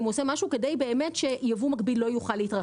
אם הוא עושה משהו כדי שייבוא מקביל לא יוכל להתרחש.